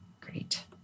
great